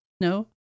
No